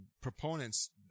proponents